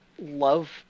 love